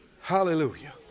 Hallelujah